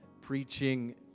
preaching